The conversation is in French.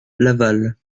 laval